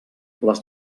les